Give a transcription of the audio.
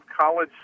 college